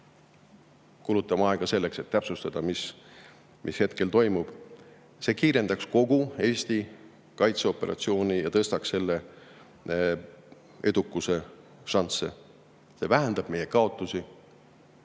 kulutama aega selleks, et täpsustada, mis hetkel toimub. See kiirendaks kogu Eesti kaitseoperatsiooni ja tõstaks selle edukuse šansse. See vähendaks meie kaotusi